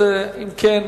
אם כן,